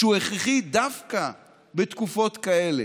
שהוא הכרחי דווקא בתקופות כאלה.